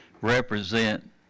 represent